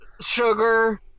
sugar